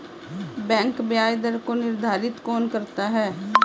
Bank ब्याज दर को निर्धारित कौन करता है?